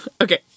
okay